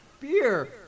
Beer